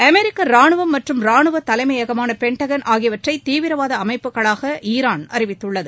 அமெர்க்க ராணுவம் மற்றும் ராணுவத் தலைமையகமான பெள்டகள் ஆகியவற்றை தீவிரவாத அமைப்புகளாக ஈரான் அறிவித்துள்ளது